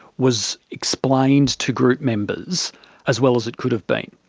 was explained to group members as well as it could have been.